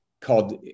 called